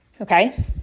Okay